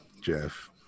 Jeff